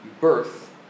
Birth